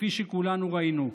כפי שכולנו ראינו.